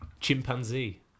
chimpanzee